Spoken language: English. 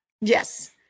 yes